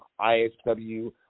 ISW